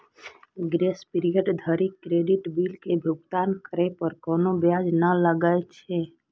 grace period धरि credit bill के भुगतान करै पर कोनो ब्याज नै लागै छै